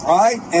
right